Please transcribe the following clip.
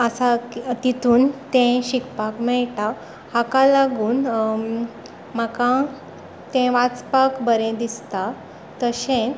आसा तातूंत तें शिकपाक मेळटा हाका लागून म्हाका तें वाचपाक बरें दिसता तशेंच